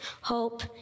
hope